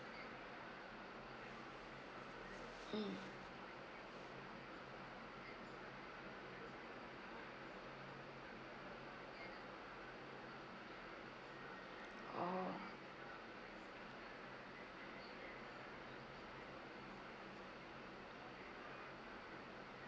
mm oh